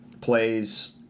plays